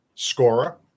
scorer